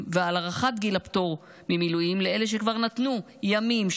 ועל הארכת גיל הפטור ממילואים לאלה שכבר נתנו ימים,